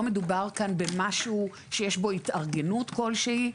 לא מדובר כאן במשהו שיש בו התארגנות כלשהי.